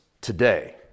today